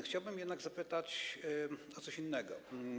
Chciałbym jednak zapytać o coś innego.